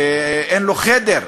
אין לו חדר,